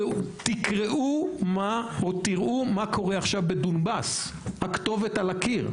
תקראו או תראו מה קורה עכשיו בדונבאס הכתובת על הקיר.